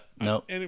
nope